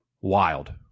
Wild